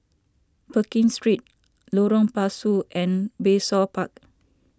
Pekin Street Lorong Pasu and Bayshore Park